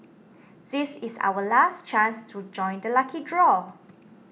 this is our last chance to join the lucky draw